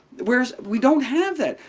whereas we don't have that.